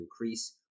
increase